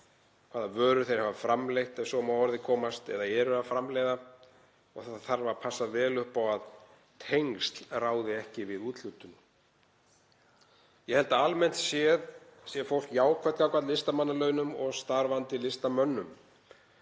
hvaða vörur þeir hafa framleitt, ef svo má að orði komast, eða eru að framleiða og það þarf að passa vel upp á að tengsl ráði ekki við úthlutun. Ég held að almennt séð sé fólk jákvætt gagnvart listamannalaunum og starfandi listamönnum.